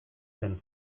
zen